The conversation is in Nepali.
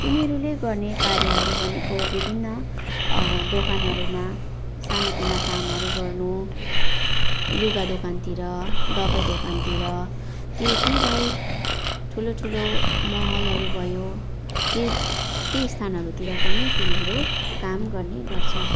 तिनीहरूले गर्ने कार्यहरू भनेको विभिन्न दोकानहरूमा सानातिना कामहरू गर्नु लुगा दोकानतिर दबाई दोकानतिर ती ती बाहेक ठुलो ठुलो मलहरू भयो ती ती स्थानहरूतिर पनि तिनीहरू काम गर्ने गर्छन्